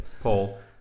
Paul